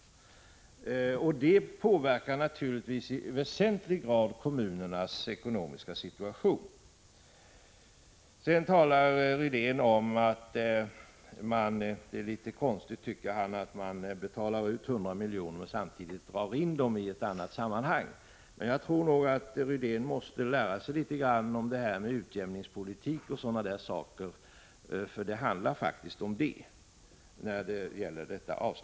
Det påverkar naturligtvis i väsentlig grad även kommunernas ekonomi. Rune Rydén tyckte att det är litet konstigt att man betalar ut 100 miljoner och samtidigt drar in dessa i annat sammanhang. Rune Rydén måste lära sig litet om utjämningspolitiken, för det handlar faktiskt om det.